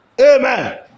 Amen